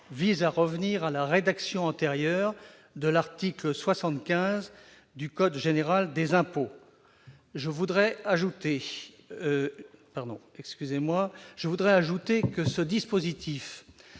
vise à revenir à la rédaction antérieure de l'article 75 du code général des impôts. J'ajoute que ce dispositif